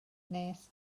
nes